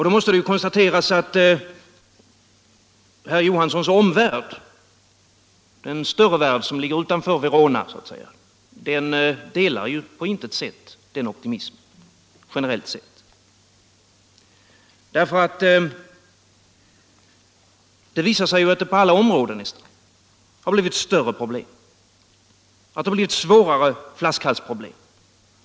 Då måste det konstateras att herr Johanssons omvärld — den större värld som ligger utanför Verona — på intet sätt delar denna optimism, generellt sett. Det visar sig ju att det på alla områden blivit större problem, svårare flaskhalsproblem.